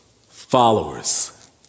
followers